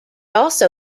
also